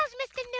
ah mr.